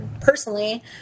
personally